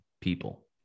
people